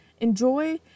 enjoy